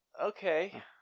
Okay